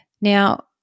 Now